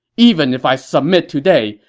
even if i submit today,